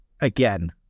again